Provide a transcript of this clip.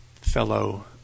fellow